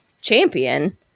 champion